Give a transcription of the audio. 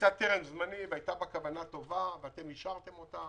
הייתה טרם זמני והייתה בה כוונה טובה אתם אישרתם אותה,